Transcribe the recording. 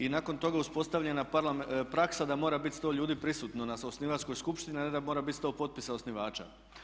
I nakon toga je uspostavljena praksa da mora biti 100 ljudi prisutno na osnivačkoj skupštini a ne da mora biti 100 potpisa osnivača.